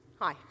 Hi